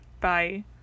Bye